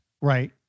Right